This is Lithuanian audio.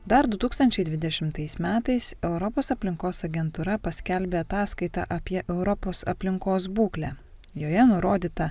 dar du tūkstančiai dvidešimtais metais europos aplinkos agentūra paskelbė ataskaitą apie europos aplinkos būklę joje nurodyta